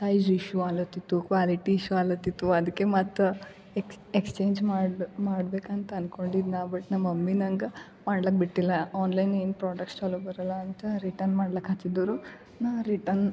size issue ಆಲತ್ತಿತ್ತು quality issue ಆಲತ್ತಿತ್ತು ಅದಕ್ಕೆ ಮತ್ತು ಎಕ್ಸ್ಚೇಂಜ್ ಮಾಡಬೇಕು ಅಂತ ಅನ್ಕೊಂಡಿದ್ದು ನಾ ಬಟ್ ನನ್ನ ಮಮ್ಮಿ ನಂಗೆ ಮಾಡ್ಲಕ್ಕೆ ಬಿಟ್ಟಿಲ್ಲ ಆನ್ಲೈನ್ ಏನು ಪ್ರಾಡಕ್ಟ್ಸ್ ಚಲೋ ಬರೋಲ್ಲ ಅಂತ ರಿಟರ್ನ್ ಮಾಡ್ಲಕ್ಕೆ ಹಾಕಿದೋರು ನಾ ರಿಟರ್ನ್